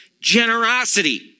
generosity